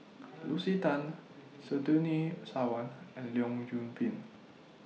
Lucy Tan Surtini Sarwan and Leong Yoon Pin